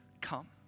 come